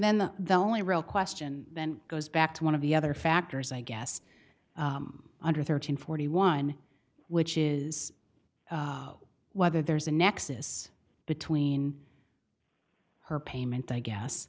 the the only real question then goes back to one of the other factors i guess under thirteen forty one which is whether there's a nexus between her payment i guess